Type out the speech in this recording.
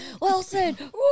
Wilson